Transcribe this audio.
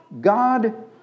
God